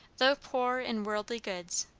though poor in worldly goods,